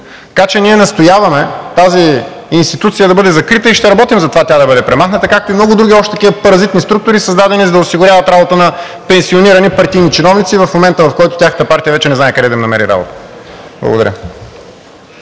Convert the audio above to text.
така че ние настояваме тази институция да бъде закрита и ще работим затова тя да бъде премахната, както и много други още такива паразитни структури, създадени, за да осигуряват работа на пенсионирани партийни чиновници, в момента, в който тяхната партия вече не знае къде да им намери работа. Благодаря.